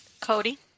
Cody